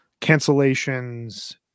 cancellations